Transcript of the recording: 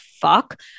fuck